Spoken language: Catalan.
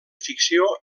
ficció